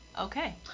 okay